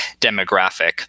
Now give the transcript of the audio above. demographic